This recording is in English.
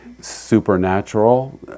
supernatural